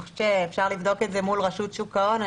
אפשר לבדוק את זה מול רשות שוק ההון.